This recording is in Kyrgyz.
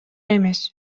эмес